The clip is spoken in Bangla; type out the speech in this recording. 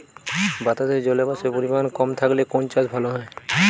বাতাসে জলীয়বাষ্পের পরিমাণ কম থাকলে কোন চাষ ভালো হয়?